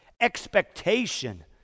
expectation